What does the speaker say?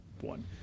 one